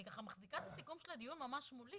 ואני מחזיקה את הסיכום של הדיון ממש מולי